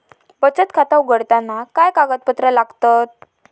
बचत खाता उघडताना काय कागदपत्रा लागतत?